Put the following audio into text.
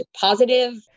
positive